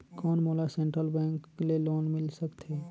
कौन मोला central bank ले लोन मिल सकथे?